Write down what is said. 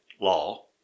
Law